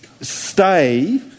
stay